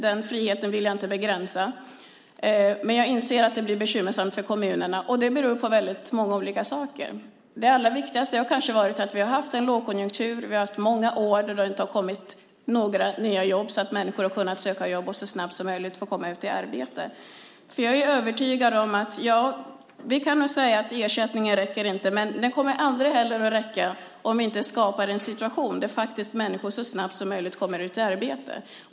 Den friheten vill jag inte begränsa, men jag inser att det blir bekymmersamt för kommunerna. Det beror på väldigt många olika saker. Det allra viktigaste är kanske att vi har haft en lågkonjunktur. Vi har haft många år då det inte kommit några nya jobb så att människor har kunnat söka jobb och så snabbt som möjligt fått komma ut i arbete. Vi kan nog säga att ersättningar inte räcker, men de kommer inte heller att räcka om vi inte skapar en situation där människor så snabbt som möjligt kommer ut i arbete.